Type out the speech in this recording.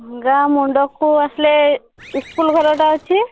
ଗାଁ ମୁଣ୍ଡକୁ ଆସିଲେ ଇସ୍କୁଲ୍ ଘରଟା ଅଛି